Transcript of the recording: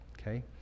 okay